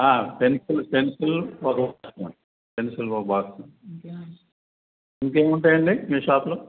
ఆ pencil pencil ఒక box pencil ఒక బాక్స్ ఇంకా ఏముంటాయండి మీ షాప్లో